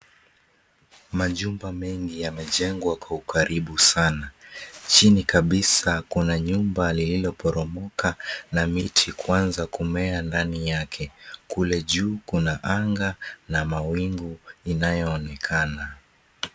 Majumba mengi yamejengwa kwa ukaribu sana. Chini kabisa kuna nyumba lililoporomoka na miti kuanza kumea ndani yake. Kule juu kuna anga na mawingu inayoonekana.